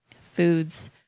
foods